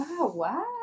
wow